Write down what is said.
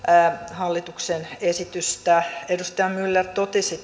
hallituksen esitystä edustaja myller totesi